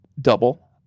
double